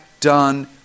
done